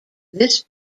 this